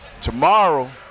Tomorrow